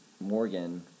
Morgan